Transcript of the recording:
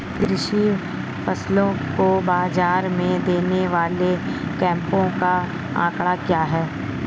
कृषि फसलों को बाज़ार में देने वाले कैंपों का आंकड़ा क्या है?